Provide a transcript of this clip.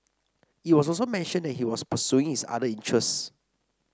it was also mentioned that he was pursuing his other interests